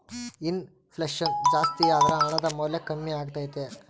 ಇನ್ ಫ್ಲೆಷನ್ ಜಾಸ್ತಿಯಾದರ ಹಣದ ಮೌಲ್ಯ ಕಮ್ಮಿಯಾಗತೈತೆ